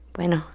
Bueno